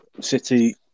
City